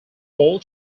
all